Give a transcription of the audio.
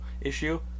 issue